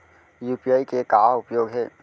UPI के का उपयोग हे?